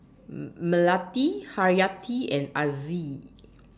Melati Haryati and Aziz